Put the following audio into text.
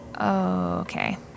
okay